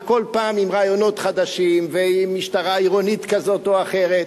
וכל פעם עם רעיונות חדשים ועם משטרה עירונית כזו או אחרת.